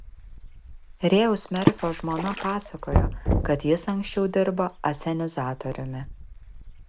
rėjaus merfio žmona pasakojo kad jis anksčiau dirbo asenizatoriumi